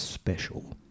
special